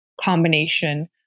combination